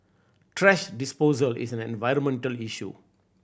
thrash disposal is an environmental issue